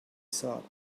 thought